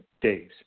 days